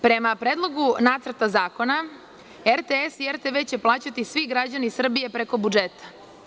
Prema Predlogu nacrta zakona RTS i RTV će plaćati svi građani Srbije preko budžeta.